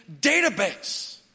database